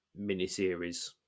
miniseries